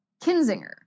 Kinzinger